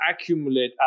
accumulate